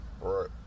Right